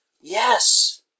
Yes